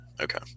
Okay